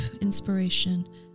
inspiration